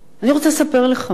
אני רוצה לספר לך משהו.